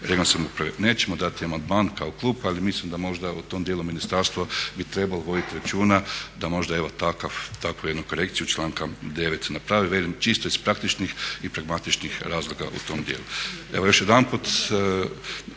uprave. Nećemo dati amandman kao klub ali mislim da možda u tom dijelu ministarstvo bi trebalo voditi računa, da možda evo takav, takvu jednu korekciju članka 9. naprave velim čisto iz praktičnih i pragmatičnih razloga u tom dijelu.